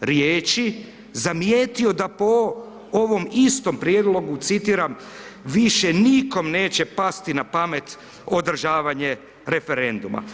riječi zamijetio da po ovom istom prijedlogu, citiram, više nikome neće pasti na pamet održavanje referenduma.